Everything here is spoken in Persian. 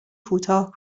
کوتاه